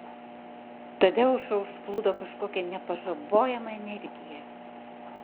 tadeušą užplūdo kažkokia nepažabojama energija